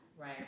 right